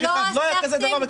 לא היה כזה דבר בכנסת ישראל.